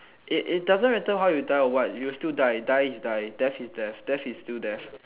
it it doesn't matter how you die or what you will still die is die death is death death is still death